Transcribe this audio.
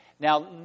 Now